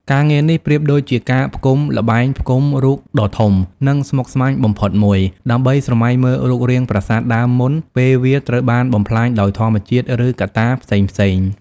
ការងារនេះប្រៀបដូចជាការផ្គុំល្បែងផ្គុំរូបដ៏ធំ និងស្មុគស្មាញបំផុតមួយ ដើម្បីស្រមៃមើលរូបរាងប្រាសាទដើមមុនពេលវាត្រូវបានបំផ្លាញដោយធម្មជាតិ ឬកត្តាផ្សេងៗ។